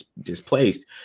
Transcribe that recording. displaced